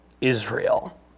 Israel